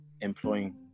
employing